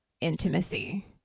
intimacy